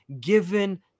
given